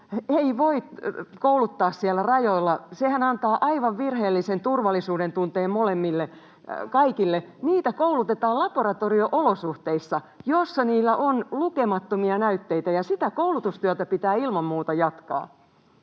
ei voi kouluttaa siellä rajoilla, sehän antaa aivan virheellisen turvallisuudentunteen kaikille. Niitä koulutetaan laboratorio-olosuhteissa, jossa niillä on lukemattomia näytteitä, ja sitä koulutustyötä pitää ilman muuta jatkaa.